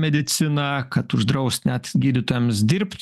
mediciną kad uždraust net gydytojams dirbt